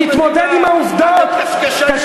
תתמודד עם העובדות פעם אחת.